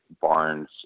Barnes